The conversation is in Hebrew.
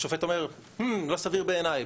השופט אומר אם לא סביר בעיני,